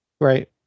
Right